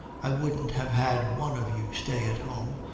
i wouldn't have had one of you stay at home,